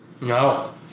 No